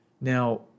Now